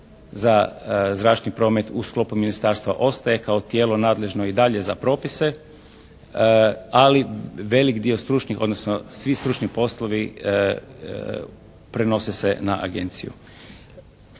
za zračni promet u sklopu ministarstva ostaje kao tijelo nadležno i dalje za propise. Ali velik dio stručnih, odnosno svi stručni poslovi prenose se na agenciju.